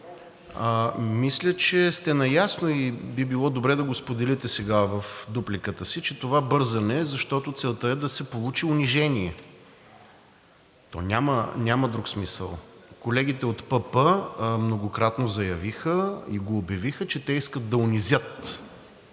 Мисля, че сте наясно и би било добре да го споделите сега в дупликата си, че това бързане е, защото целта е да се получи унижение, то няма друг смисъл. Колегите от ПП многократно заявиха и го обявиха, че те искат да унизят